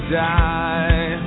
die